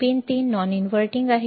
pin 3 non inverting आहे